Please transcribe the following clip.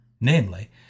namely